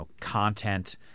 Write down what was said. content